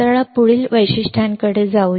चला पुढील वैशिष्ट्यांकडे जाऊया